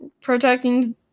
protecting